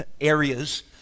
areas